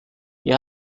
wir